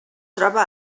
troba